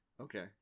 okay